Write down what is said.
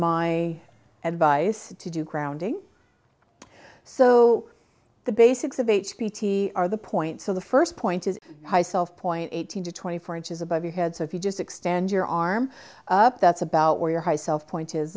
my advice to do grounding so the basics of h p t are the point so the first point is high self point eighteen to twenty four inches above your head so if you just extend your arm up that's about where your high self point is